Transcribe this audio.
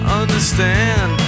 understand